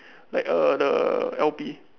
like uh the L_P